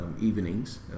evenings